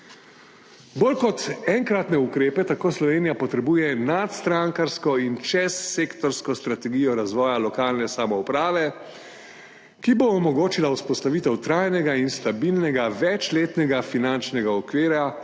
Bolj kot enkratne ukrepe tako Slovenija potrebuje nadstrankarsko in čezsektorsko strategijo razvoja lokalne samouprave, ki bo omogočila vzpostavitev trajnega in stabilnega večletnega finančnega okvira